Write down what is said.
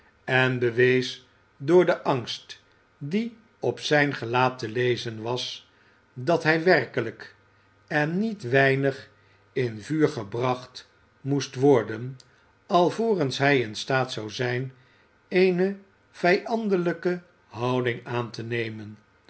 en bewees door den angst die op zijn gelaat te lezen was dat hij werkelijk en niet weinig in vuur gebracht moest worden alvorens hij in staat zou zijn eene vijandelijke houding aan te nemen